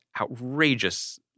outrageous